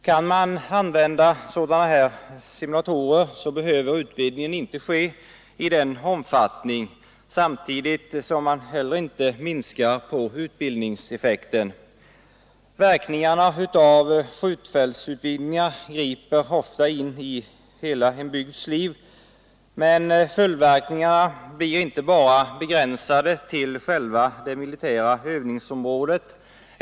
Kan man använda sådana simulatorer behöver utvidgningen inte ske i den omfattning som annars blir nödvändig, samtidigt som man inte minskar på utbildningseffekten. Verkningarna av skjutfältsutvidgningar griper ofta in i en bygds hela liv. Men följdverkningarna blir inte bara begränsade till själva det militära övningsområdet.